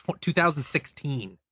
2016